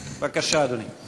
בבקשה, אדוני.